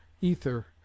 ether